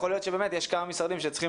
יכול להיות שיש כמה משרדים שצריכים